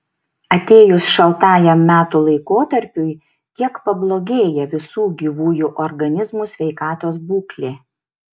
atėjus šaltajam metų laikotarpiui kiek pablogėja visų gyvųjų organizmų sveikatos būklė